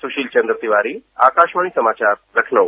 सुशील चन्द्र तिवारी आकाशवाणी समाचार लखनऊ